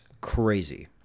crazy